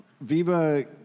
Viva